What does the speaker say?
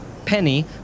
Penny